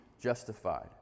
justified